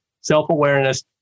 self-awareness